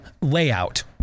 layout